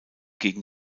gegen